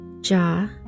jaw